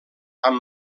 amb